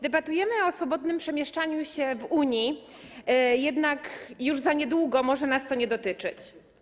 Debatujemy o swobodnym przemieszczaniu się w Unii, jednak już niedługo może nas to nie dotyczyć.